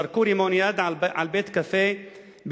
זרקו רימון יד על בית-קפה בירושלים,